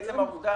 ועצם העובדה